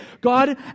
God